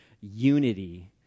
unity